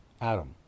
Adam